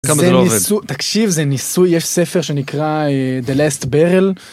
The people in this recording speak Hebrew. תקשיב זה ניסוי יש ספר שנקרא the last barrel.